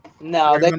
No